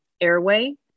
airway